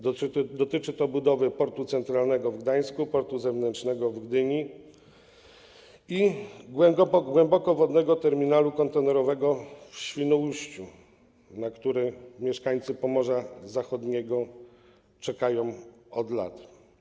Dotyczy to budowy Portu Centralnego w Gdańsku, Portu Zewnętrznego w Gdyni i Głębokowodnego Terminalu Kontenerowego w Świnoujściu, na który mieszkańcy Pomorza Zachodniego czekają od lat.